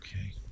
Okay